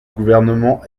gouvernement